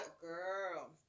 girl